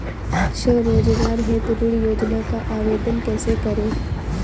स्वरोजगार हेतु ऋण योजना का आवेदन कैसे करें?